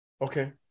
okay